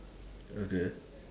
okay